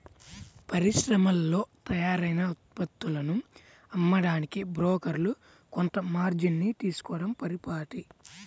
పరిశ్రమల్లో తయారైన ఉత్పత్తులను అమ్మడానికి బ్రోకర్లు కొంత మార్జిన్ ని తీసుకోడం పరిపాటి